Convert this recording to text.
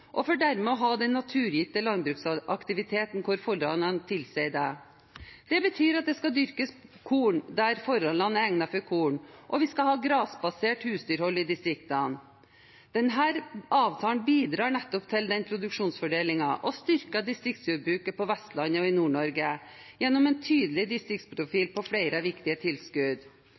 om, for dermed å ha den naturgitte landbruksaktiviteten der forholdene tilsier det. Det betyr at det skal dyrkes korn der forholdene er egnet for korn, og at vi skal ha grasbasert husdyrhold i distriktene. Denne avtalen bidrar til nettopp den produksjonsfordelingen og styrker distriktsjordbruket på Vestlandet og i Nord-Norge gjennom en tydelig distriktsprofil på flere viktige tilskudd.